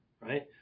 right